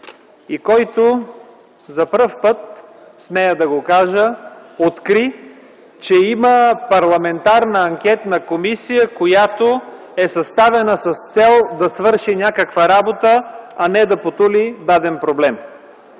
и който за пръв път, смея да го кажа, откри, че има Парламентарна анкетна комисия, която е съставена с цел да свърши някаква работа, а не да потули даден проблем.